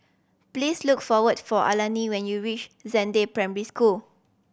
please look for what for Alani when you reach Zhangde Primary School